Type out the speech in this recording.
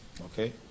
Okay